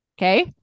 Okay